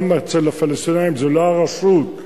גם אצל הפלסטינים זה לא הרשות,